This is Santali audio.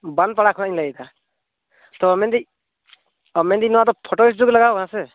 ᱵᱟᱸᱫᱯᱟᱲᱟ ᱠᱷᱚᱡ ᱤᱧ ᱞᱟᱹᱭᱮᱫᱟ ᱛᱳ ᱢᱮᱱᱮᱫᱟᱹᱧ ᱚ ᱢᱮᱱᱮᱫᱟᱹᱧ ᱱᱚᱣᱟ ᱫᱚ ᱯᱷᱳᱴᱳ ᱞᱟᱜᱟᱣ ᱟᱠᱟᱱᱟ ᱥᱮ